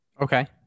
Okay